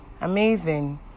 amazing